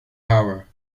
hour